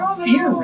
fear